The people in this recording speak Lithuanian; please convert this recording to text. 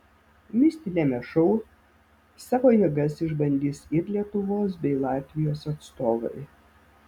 mistiniame šou savo jėgas išbandys ir lietuvos bei latvijos atstovai